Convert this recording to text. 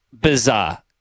bizarre